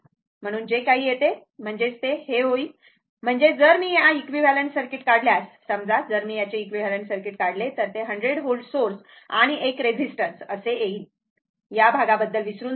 म्हणून जे काही येते ते म्हणजेच ते होईल म्हणजे जर मी या इक्विव्हालंट सर्किट काढल्यास समजा जर मी याचे इक्विव्हालंट सर्किट काढले तर 100 व्होल्ट सोर्स आणि एक रेसिस्टन्स असे येईल या भागाबद्दल विसरून जा